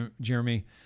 Jeremy